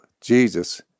Jesus